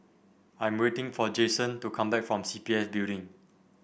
I am waiting for Jayson to come back from C P F Building